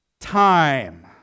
time